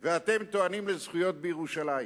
ואתם טוענים לזכויות בירושלים?